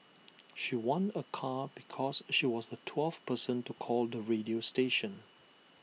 she won A car because she was the twelfth person to call the radio station